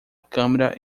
câmera